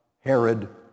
Herod